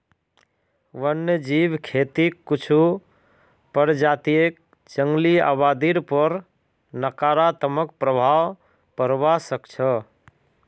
वन्यजीव खेतीक कुछू प्रजातियक जंगली आबादीर पर नकारात्मक प्रभाव पोड़वा स ख छ